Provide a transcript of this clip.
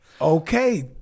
Okay